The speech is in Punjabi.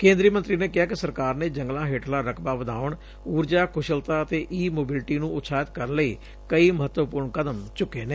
ਕੇਂਦਰੀ ਮੰਤਰੀ ਨੇ ਕਿਹਾ ਕਿ ਸਰਕਾਰ ਨੇ ਜੰਗਲਾਂ ਹੇਠਲਾ ਰਕਬਾ ਵਧਾਉਣ ਊਰਜਾ ਕੁਸ਼ਲਤਾ ਅਤੇ ਈ ਮੋਬਿਲਿਣੀ ਨੂੰ ਉਤਸ਼ਾਹਤ ਕਰਨ ਲਈ ਕਈ ਮੱਹਤਵਪੁਰਨ ਕਦਮ ਚੁੱਕੇ ਨੇ